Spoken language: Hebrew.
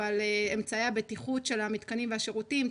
אמצעי הבטיחות של המתקנים והשירותים,